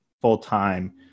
full-time